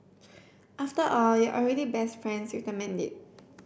after all you're already best friends with the medic